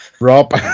Rob